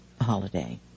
holiday